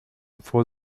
for